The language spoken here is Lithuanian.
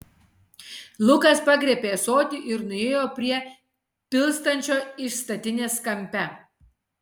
lukas pagriebė ąsotį ir nuėjo prie pilstančio iš statinės kampe